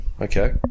Okay